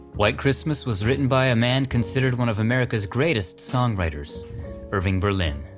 white christmas was written by a man considered one of america's greatest songwriters irving berlin,